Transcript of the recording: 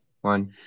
One